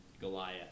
goliath